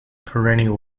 perennial